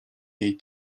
jej